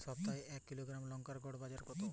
সপ্তাহে এক কিলোগ্রাম লঙ্কার গড় বাজার দর কতো?